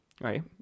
Right